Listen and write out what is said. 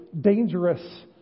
dangerous